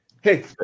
Hey